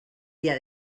dia